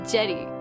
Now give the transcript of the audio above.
Jerry